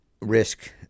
risk